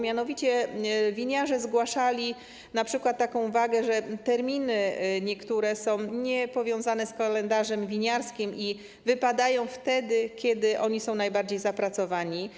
Mianowicie winiarze zgłaszali np. taką uwagę, że niektóre terminy są niepowiązane z kalendarzem winiarskim i wypadają wtedy, kiedy oni są najbardziej zapracowani.